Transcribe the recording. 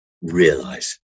realize